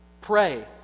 Pray